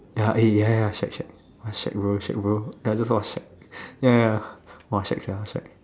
ya eh ya ya ya shag shag shag bro shag bro ya ya ya !wah! shag sia shag